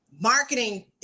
marketing